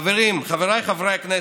חברים, חבריי חברי הכנסת,